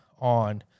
on